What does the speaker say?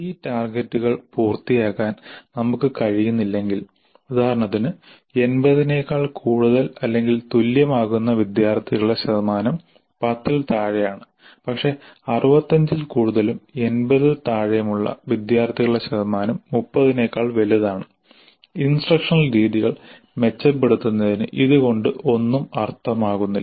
ഈ ടാർഗെറ്റുകൾ പൂർത്തിയാക്കാൻ നമ്മുക്ക് കഴിയുന്നില്ലെങ്കിൽ ഉദാഹരണത്തിന് 80 നെക്കാൾ കൂടുതൽ അല്ലെങ്കിൽ തുല്യമാകുന്ന വിദ്യാർത്ഥികളുടെ ശതമാനം 10 ൽ താഴെയാണ് പക്ഷേ 65 ൽ കൂടുതലും 80 ൽ താഴെയുമുള്ള വിദ്യാർത്ഥികളുടെ ശതമാനം 30 നെക്കാൾ വലുതാണ് ഇൻസ്ട്രക്ഷനൽ രീതികൾ മെച്ചപ്പെടുത്തുന്നതിന് ഇതുകൊണ്ട് ഒന്നും അർത്ഥമാകുന്നില്ല